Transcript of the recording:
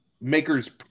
Maker's